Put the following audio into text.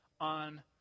on